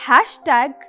Hashtag